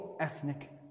ethnic